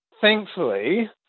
Thankfully